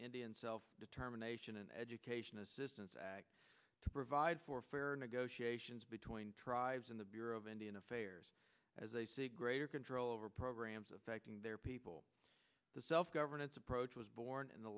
indian self determination and education assistance act to provide for for negotiations between tribes and the bureau of indian affairs as they see greater control over programs affecting their people the self governance approach was born in the